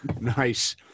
Nice